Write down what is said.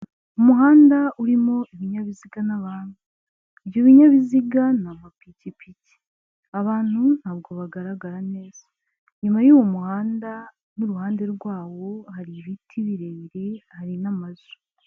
Umuhanda urimo ibinyabiziga n'abantu, ibyo binyabiziga ni amapikipiki, abantu ntabwo bagaragara neza, inyuma y'uwo muhanda n'uruhande rwawo hari ibiti birebire hari n'amazu.